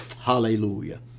Hallelujah